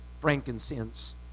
frankincense